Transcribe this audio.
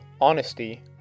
honesty